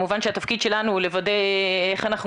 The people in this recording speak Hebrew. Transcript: כמובן שהתפקיד שלנו הוא לוודא איך אנחנו